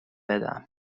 بدم